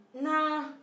nah